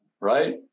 right